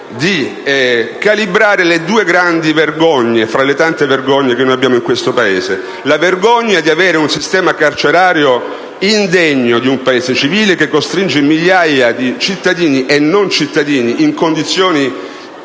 di calibrare due grandi vergogne, tra le tante che abbiamo in questo Paese: la vergogna di avere un sistema carcerario indegno di un Paese civile, che costringe migliaia di cittadini e non cittadini in condizioni